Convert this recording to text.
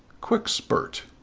quick spurt,